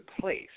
place